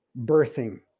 birthing